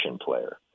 player